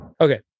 Okay